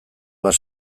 bat